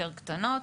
יותר קטנות,